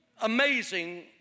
amazing